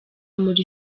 muri